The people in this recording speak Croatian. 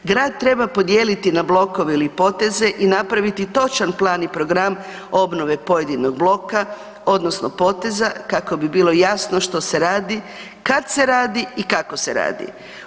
Grad treba podijeliti na blokove ili poteze i napraviti točan plan i program obnove pojedinog bloka, odnosno poteza kako bi bilo jasno što se radi, kad se radi i kako se radi.